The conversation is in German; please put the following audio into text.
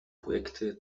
projekte